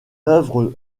œuvre